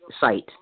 site